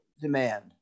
demand